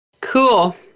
Cool